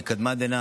מקדמת דנא,